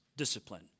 discipline